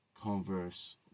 Converse